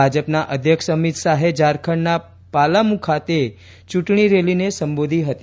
ભાજપના અધ્યક્ષ અમિત શાહે ઝારખંડના પાલામુ ખાતે ચૂંટણી રેલીને સંબોધી હતી